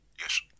Yes